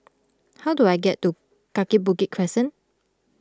how do I get to Kaki Bukit Crescent